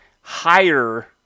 higher